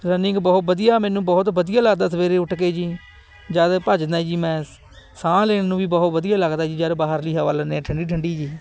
running ਬਹੁਤ ਵਧੀਆ ਮੈਨੂੰ ਬਹੁਤ ਵਧੀਆ ਲੱਗਦਾ ਸਵੇਰੇ ਉੱਠ ਕੇ ਜੀ ਜਦ ਭੱਜਦਾਂ ਜੀ ਮੈਂ ਸਾ ਸਾਂਹ ਲੈਣ ਨੂੰ ਵੀ ਬਹੁਤ ਵਧੀਆ ਲੱਗਦਾ ਜੀ ਜਦ ਬਾਹਰਲੀ ਹਵਾ ਲੈਂਦੇ ਠੰਡੀ ਠੰਡੀ ਜੀ